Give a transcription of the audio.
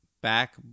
back